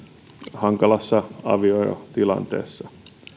hankalassa avioerotilanteessa